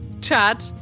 Chad